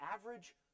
average